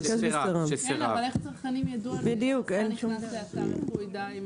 אבל אם צרכן נכנס לאתר, איך הוא יידע?